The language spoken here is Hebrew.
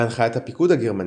בהנחיית הפיקוד הגרמני,